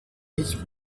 nicht